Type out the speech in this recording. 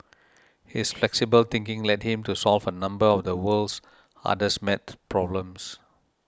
his flexible thinking led him to solve a number of the world's hardest maths problems